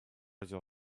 взял